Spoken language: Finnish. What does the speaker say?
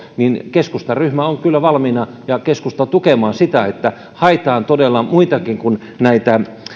keskustan ryhmä ja keskusta on kyllä valmiina tukemaan sitä että haetaan todella muitakin kuin näitä